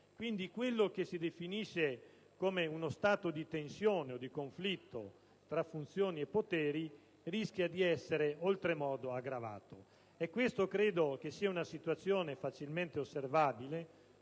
Quindi, ciò che si definisce uno stato di tensione o di conflitto tra funzioni e poteri rischia di essere oltremodo aggravato. Credo che questa sia una situazione facilmente osservabile,